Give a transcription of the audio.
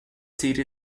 city